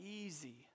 easy